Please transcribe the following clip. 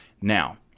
Now